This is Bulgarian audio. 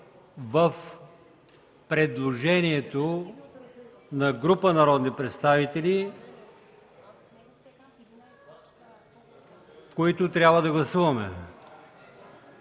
в предложението на група народни представители, които трябва да гласуваме.